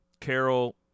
Carol